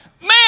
Man